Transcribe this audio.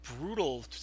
brutal